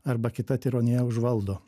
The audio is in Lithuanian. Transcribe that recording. arba kita tironija užvaldo